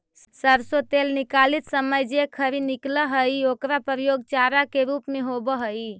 सरसो तेल निकालित समय जे खरी निकलऽ हइ ओकर प्रयोग चारा के रूप में होवऽ हइ